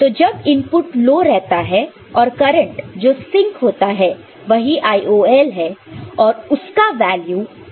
तो जब output low रहता है और करंट जो सिंक होता है वही IOL है और उसका वैल्यू 16 मिली एंपियर है